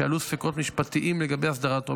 שעלו ספקות משפטיים לגבי הסדרתו.